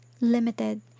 limited